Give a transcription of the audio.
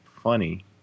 funny